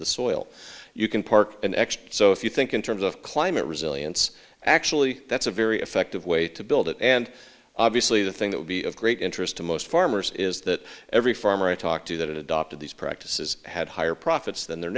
the soil you can park in x so if you think in terms of climate resilience actually that's a very effective way to build it and obviously the thing that would be of great interest to most farmers is that every farmer i talked to that adopted these practices had higher profits than their